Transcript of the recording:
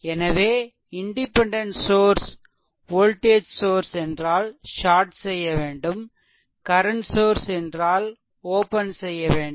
எனவே independent source voltage source என்றால் short செய்ய வேண்டும் கரன்ட் சோர்ஸ் என்றால் ஓப்பன் செய்ய வேண்டும்